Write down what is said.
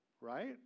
Right